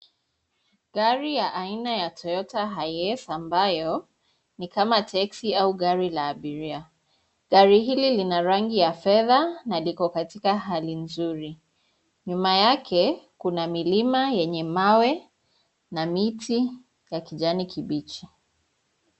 Gari ya aina ya Toyata Hiace ambayo, ni kama texi au gari la abiria. Gari hili lina rangi ya fedha na liko katika hali nzuri. Nyuma yake, kuna milima yenye mawe, na miti, ya kijani kibichi.